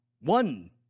One